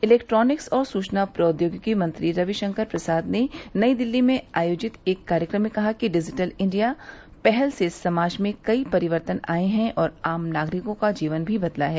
electronics और सुचना प्रौद्योगिकी मंत्री रविशंकर प्रसाद ने नई दिल्ली में आयोजित एक कार्यक्रम में कहा कि डिजिटल इंडिया पहल से समाज में कई परिवर्तन आये हैं और आम नागरिकों का जीवन भी बदला है